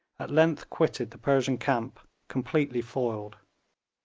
at length quitted the persian camp completely foiled.